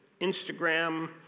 Instagram